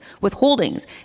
withholdings